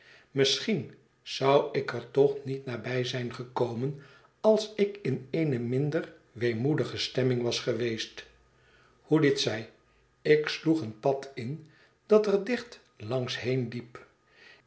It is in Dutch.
misschien zou ik er toch niet nabij zijn gekomen als ik in eene minder weemoedige stemming was geweest hoe dit zij ik sloeg een pad in dat er dicht langs heen liep